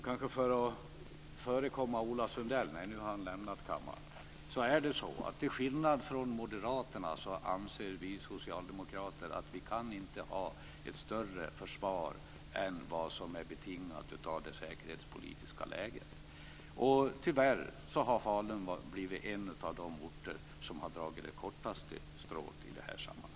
Ola Sundell har nu lämnat kammaren, men för att förekomma honom kan jag säga att vi socialdemokrater till skillnad från moderaterna anser att vi inte kan ha ett större försvar än vad som är betingat av det säkerhetspolitiska läget. Tyvärr har Falun blivit en av de orter som har dragit det kortaste strået i det här sammanhanget.